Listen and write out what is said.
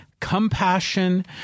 Compassion